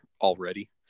already